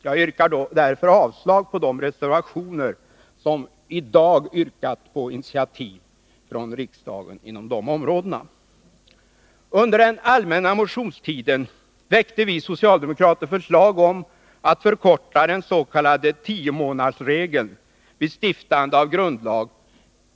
Jag yrkar avslag på de reservationer i vilka i dag krävs initiativ från riksdagen inom de områdena. Under den allmänna motionstiden väckte vi socialdemokrater förslag om förkortning till sju månader av fristen i den s.k. tiomånadersregeln vid stiftande av grundlag.